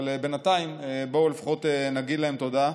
אבל בינתיים בואו לפחות נגיד להם תודה.